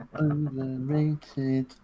Overrated